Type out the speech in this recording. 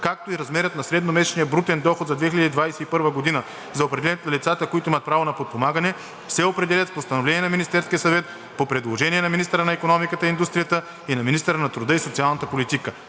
както и размерът на средномесечния брутен доход за 2021 г. за определянето на лицата, които имат право на подпомагане, се определят с постановление на Министерския съвет, по предложение на министъра на икономиката и индустрията и на министъра на труда и социалната политика.